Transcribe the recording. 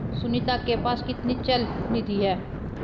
सुनीता के पास कितनी चल निधि है?